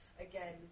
again